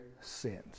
sins